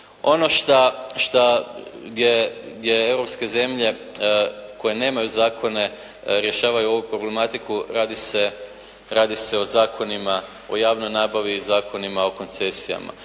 Ono šta, gdje europske zemlje koje nemaju zakone rješavaju ovu problematiku radi se, radi se o zakonima o javnoj nabavi i zakonima o koncesijama.